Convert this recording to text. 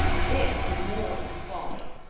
this is more than folly,